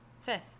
fifth